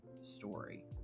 story